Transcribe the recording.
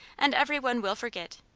and every one will forget.